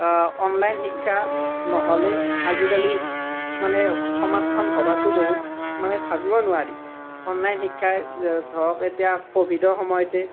online শিক্ষা নহ'লে আজিকালি মানে সমাজখন ভবাটো বহুত মানে ভাবিবই নোৱাৰি অনলাইন শিক্ষা ধৰক এতিয়া কোভিডৰ সময়তেই